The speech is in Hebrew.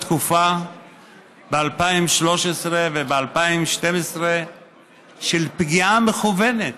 אני זוכר תקופה ב-2013 וב-2012 של פגיעה מכוונת,